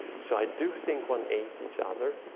so i do think one ate each other.